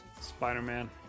Spider-Man